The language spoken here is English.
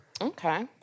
Okay